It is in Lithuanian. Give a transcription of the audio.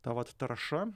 ta vat tarša